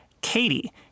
Katie